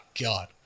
god